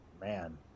Man